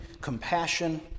compassion